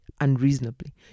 unreasonably